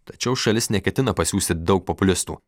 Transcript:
tačiau šalis neketina pasiųsti daug populistų